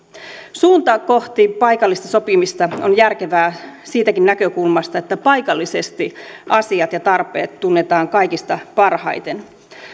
suunta kohti paikallista sopimista on järkevää siitäkin näkökulmasta että paikallisesti asiat ja tarpeet tunnetaan kaikista parhaiten